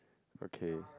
okay